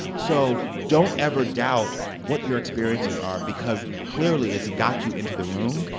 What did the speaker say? so don't ever doubt what your experiences are because, clearly, it's got you into the room.